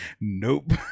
nope